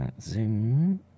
Zoom